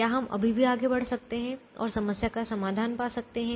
क्या हम अभी भी आगे बढ़ सकते हैं और समस्या का समाधान पा सकते हैं